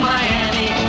Miami